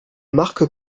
marque